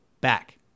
back